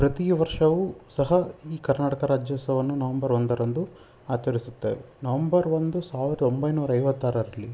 ಪ್ರತಿ ವರ್ಷವೂ ಸಹ ಈ ಕರ್ನಾಟಕ ರಾಜ್ಯೋತ್ಸವವನ್ನು ನವಂಬರ್ ಒಂದರಂದು ಆಚರಿಸುತ್ತೇವೆ ನವಂಬರ್ ಒಂದು ಸಾವಿರದ ಒಂಬೈನೂರ ಐವತ್ತಾರರಲ್ಲಿ